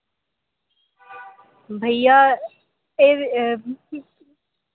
भैया एह्